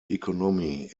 economy